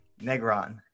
Negron